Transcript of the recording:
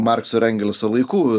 markso ir engelso laikų